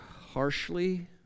harshly